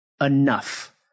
enough